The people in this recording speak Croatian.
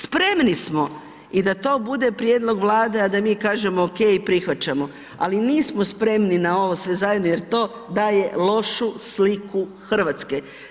Spremni smo i da to bude prijedlog Vlade, a da mi kažemo ok, prihvaćamo, ali nismo spremni na ovo sve zajedno jer to daje lošu sliku Hrvatske.